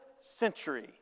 century